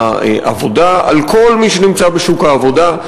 העבודה על כל מי שנמצא בשוק העבודה,